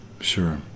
Sure